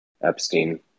Epstein